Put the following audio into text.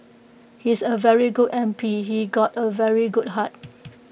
he's A very good M P he's got A very good heart